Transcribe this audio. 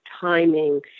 timing